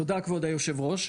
תודה כבוד היושב-ראש.